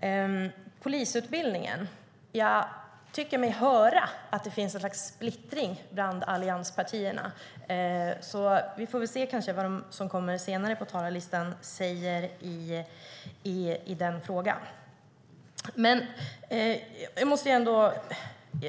Beträffande polisutbildningen tycker jag mig höra att det finns ett slags splittring bland allianspartierna, så vi får se vad de som står längre ned på talarlistan kommer att säga i den frågan.